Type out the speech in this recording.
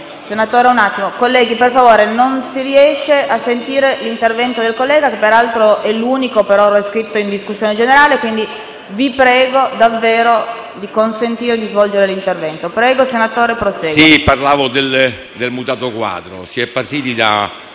se la interrompo. Colleghi, per favore, non si riesce a sentire l'intervento del collega, che peraltro è l'unico iscritto in discussione generale. Vi prego davvero di consentirgli di svolgere l'intervento. Prego, senatore, prosegua.